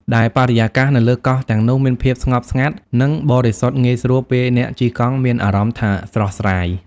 ដែលបរិយាកាសនៅលើកោះទាំងនោះ មានភាពស្ងប់ស្ងាត់ និងបរិសុទ្ធងាយស្រួលពេលអ្នកជិះកង់មានអារម្មណ៍ថាស្រស់ស្រាយ។